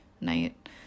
night